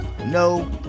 No